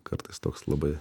kartais toks labai